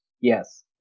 Yes